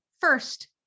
first